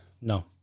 No